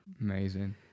Amazing